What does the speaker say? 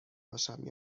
باشم